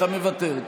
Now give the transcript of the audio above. אתה מוותר,